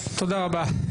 תודה רבה.